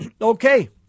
Okay